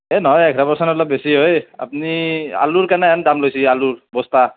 এ নহয় এঘাৰ পাৰ্চেণ্ট অলপ বেছি হয় আপুনি আলুৰ কেনেহান দাম লৈছে আলুৰ বস্তা